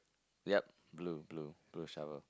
yup blue blue blue shower